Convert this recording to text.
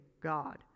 God